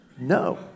No